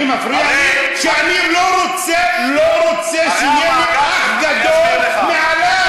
אני, מפריע לי שאני לא רוצה שיהיה "אח גדול" מעלי.